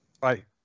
Bye